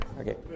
Okay